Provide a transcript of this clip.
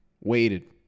waited